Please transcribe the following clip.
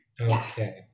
okay